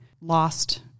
lost